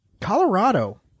Colorado